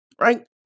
Right